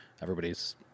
Everybody's